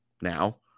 now